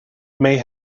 may